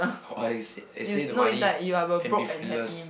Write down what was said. or I s~ I save the money and be friendless